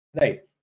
right